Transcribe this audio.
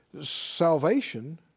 salvation